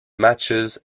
matches